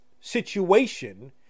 situation